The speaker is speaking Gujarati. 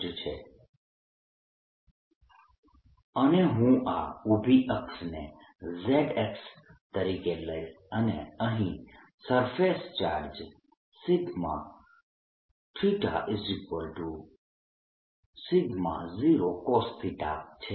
AB A04πJ r|r r|dV અને હું આ ઊભી અક્ષને Z અક્ષ તરીકે લઈશ અને અહીં સરફેસ ચાર્જ σ0cos છે